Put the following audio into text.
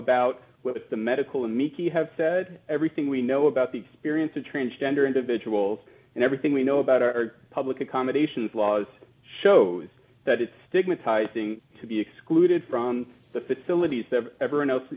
about the medical and miki have said everything we know about the experience of transgender individuals and everything we know about our public accommodations laws shows that it's stigmatizing to be excluded from the facilities that everyone else